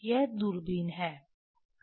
यह दूरबीन है सही